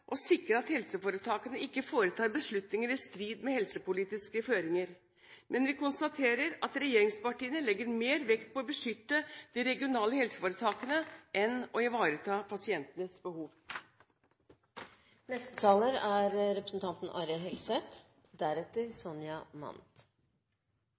å sikre at helseforetakene ikke foretar beslutninger i strid med helsepolitiske føringer, men vi konstaterer at regjeringspartiene legger mer vekt på å beskytte de regionale helseforetakene enn på å ivareta pasientenes behov.